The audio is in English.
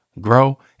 grow